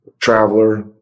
traveler